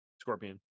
scorpion